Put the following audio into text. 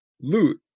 loot